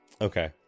Okay